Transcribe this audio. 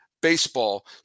BASEBALL